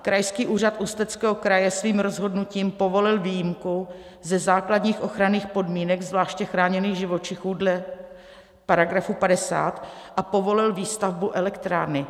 Krajský úřad Ústeckého kraje svým rozhodnutím povolil výjimku ze základních ochranných podmínek zvláště chráněných živočichů dle § 50 a povolil výstavbu elektrárny.